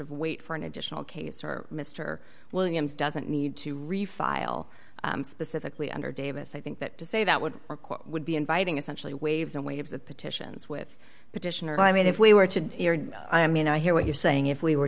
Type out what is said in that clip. of wait for an additional case or mr williams doesn't need to refile specifically under davis i think that to say that would require would be inviting essentially waves and waves of petitions with petitioner i mean if we were to i mean i hear what you're saying if we were